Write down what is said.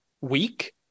week